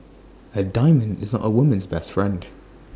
A diamond is A woman's best friend